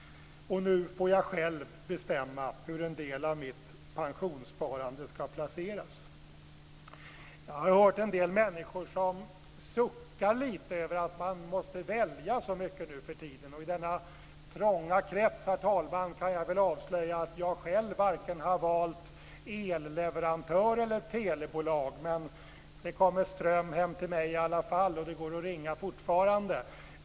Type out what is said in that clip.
Nu får jag också själv bestämma hur en del av mitt pensionssparande ska placeras. Jag har hört en del människor sucka lite över att man måste välja så mycket nuförtiden. I denna trånga krets kan jag avslöja att jag själv varken har valt elleverantör eller telebolag. Det kommer ström hem till mig i alla fall. Det går att ringa fortfarande.